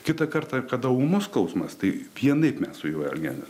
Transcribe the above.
kitą kartą kada ūmus skausmas tai vienaip mes su juo elgiamės